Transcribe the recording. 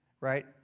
Right